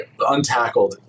untackled